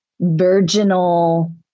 virginal